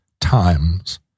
times